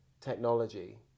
technology